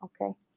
Okay